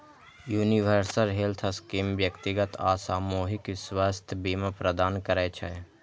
universal health scheme व्यक्तिगत आ सामूहिक स्वास्थ्य बीमा प्रदान करै छै